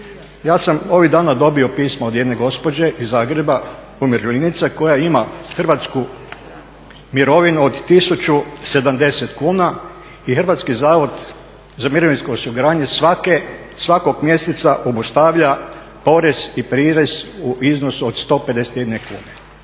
Ja sam ovih dana dobio pismo od jedne gospođe iz Zagreba umirovljenice koja ima hrvatsku mirovinu od 1.070 kuna i HZMO svakog mjeseca obustavlja porez i prirez u iznosu od 151 kune.